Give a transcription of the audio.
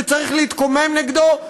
שצריך להתקומם נגדו,